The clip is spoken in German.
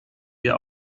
wir